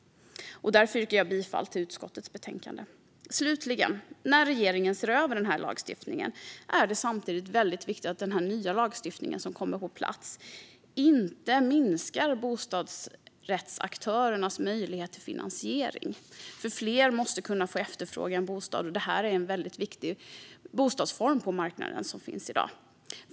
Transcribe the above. Därför yrkar jag bifall till utskottets förslag i betänkandet. Slutligen: När regeringen ser över denna lagstiftning är det samtidigt väldigt viktigt att den nya lagstiftning som kommer på plats inte minskar bostadsrättsaktörernas möjlighet till finansiering. Fler måste kunna få efterfråga en bostad, och detta är en väldigt viktig bostadsform på dagens bostadsmarknad.